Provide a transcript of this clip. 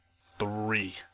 three